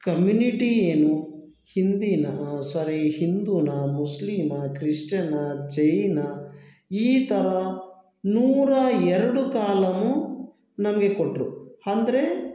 community ಏನು ಹಿಂದಿನ sorry ಹಿಂದೂನ ಮುಸ್ಲಿಮ್ಮ ಕ್ರಿಶ್ಚನ್ನ ಜೈನ ಈ ಥರ ನೂರ ಎರಡು ಕಾಲಮು ನಮಗೆ ಕೊಟ್ಟರು ಅಂದ್ರೆ